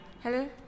hello